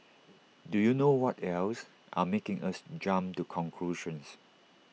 do you know what else are making us jump to conclusions